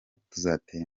tuzatera